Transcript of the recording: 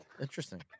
Interesting